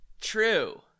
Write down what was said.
True